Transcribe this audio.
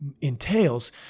entails